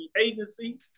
Agency